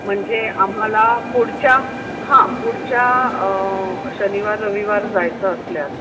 म्हणजे आम्हाला पुढच्या हां पुढच्या शनिवार रविवार जायचं असल्यास